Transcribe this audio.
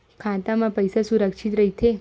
खाता मा पईसा सुरक्षित राइथे?